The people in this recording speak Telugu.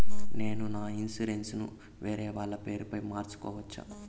నేను నా ఇన్సూరెన్సు ను వేరేవాళ్ల పేరుపై మార్సుకోవచ్చా?